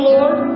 Lord